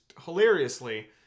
hilariously